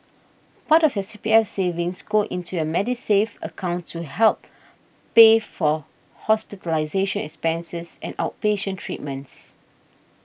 part of your C P S savings go into your Medisave account to help pay for hospitalization expenses and outpatient treatments